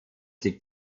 liegt